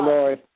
Lord